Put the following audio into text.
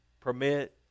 permit